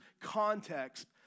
context